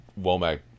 Womack